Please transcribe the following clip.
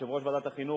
יושב-ראש ועדת החינוך,